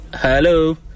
hello